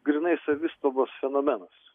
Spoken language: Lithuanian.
grynai savistabos fenomenas